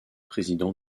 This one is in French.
président